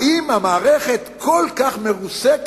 האם המערכת כל כך מרוסקת